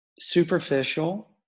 superficial